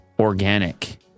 Organic